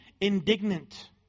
indignant